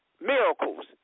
miracles